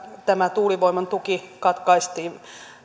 tämä tuulivoiman tuki katkaistiin